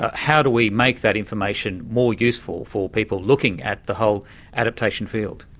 ah how do we make that information more useful for people looking at the whole adaptation field?